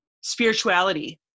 spirituality